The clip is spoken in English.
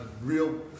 real